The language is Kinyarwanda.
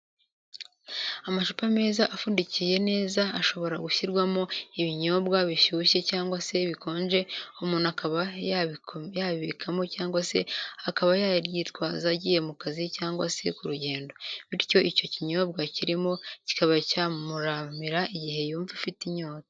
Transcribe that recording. Amacupa meza apfundikiye neza ashobora gushyirwamo ibinyobwa bishyushye cyangwa se bikonje umuntu akaba yabibikamo cyangwa se akaba yaryitwaza agiye mu kazi cyangwa se ku rugendo, bityo icyo kinyobwa kirimo kikaba cyamuramira igihe yumva afite inyota.